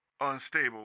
unstable